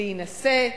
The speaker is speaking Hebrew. להינשא,